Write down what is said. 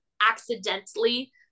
accidentally